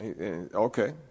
Okay